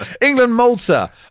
England-Malta